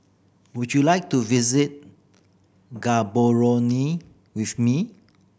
would you like to visit Gaborone with me